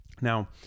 Now